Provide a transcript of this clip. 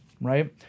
right